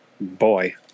boy